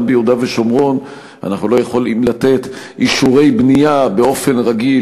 גם ביהודה ושומרון אנחנו לא יכולים לתת אישורי בנייה באופן רגיל,